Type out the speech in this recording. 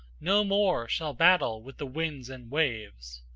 no more shall battle with the winds and waves.